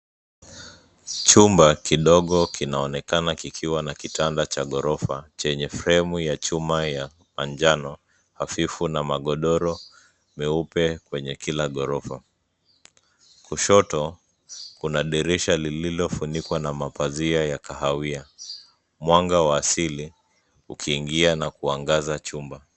Chumba kidogo kinaonekana kikiwa na kitanda cha ghorofa, chenye fremu ya chuma ya manjano hafifu na magodoro meupe kwenye kila ghorofa. Kushoto, kuna dirisha lililofunikwa na mapazia ya kahawia, mwanga wa asili, ukiingia na kuangaza chumba.